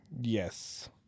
Yes